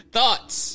Thoughts